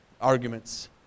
arguments